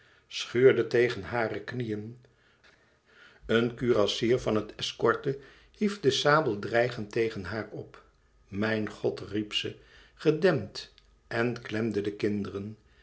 schuurde tegen hare knieën een kurassier van het escorte hief de sabel dreigend tegen haar op mijn god riep ze gedempt en klemde de kinderen